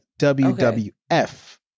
WWF